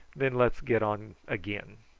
then let's get on again.